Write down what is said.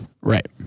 right